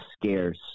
scarce